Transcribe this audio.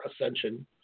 Ascension